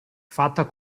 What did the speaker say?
fatta